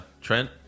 Trent